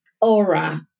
aura